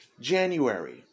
January